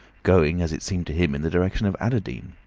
going as it seemed to him in the direction of adderdean.